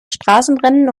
straßenrennen